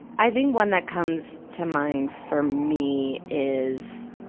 i think one that comes to mind for me is,